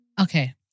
Okay